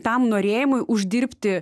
tam norėjimui uždirbti